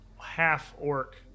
half-orc